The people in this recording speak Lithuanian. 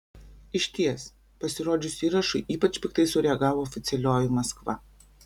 išties pasirodžius įrašui ypač piktai sureagavo oficialioji maskva